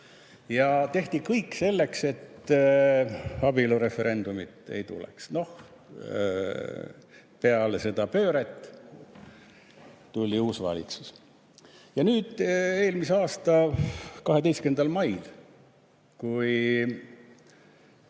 Ja tehti kõik selleks, et abielureferendumit ei tuleks. Noh, peale seda pööret tuli uus valitsus. Ja nüüd, eelmise aasta 12. mail, kui